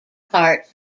part